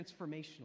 transformational